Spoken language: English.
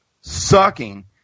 sucking